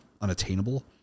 unattainable